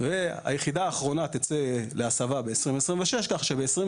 והיחידה האחרונה תצא להסבה ב-2026 כך שבשנת